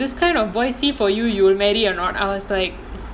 so this kind of boys see for you you will marry or not I was like